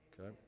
Okay